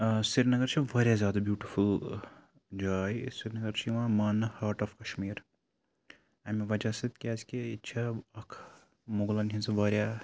سرینَگَر چھ واریاہ زیادٕ بیوٗٹِفُل جاے سرینَگَر چھُ یِوان ماننہٕ ہاٹ آف کَشمیٖر امہِ وَجہِ سۭتۍ کیازِ کہِ ییٚتہِ چھ اکھ مُغلَن ہٕنٛزٕ واریاہ تِم